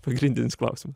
pagrindinis klausimas